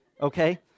okay